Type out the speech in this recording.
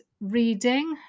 reading